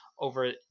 over